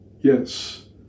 yes